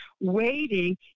waiting